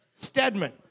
Stedman